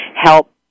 help